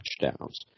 touchdowns